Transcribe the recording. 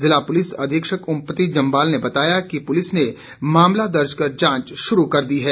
जिला पुलिस अधीक्षक ओमाप्ति जम्बाल ने बताया है कि पुलिस ने मामला दर्ज कर जांच शुरू कर दी है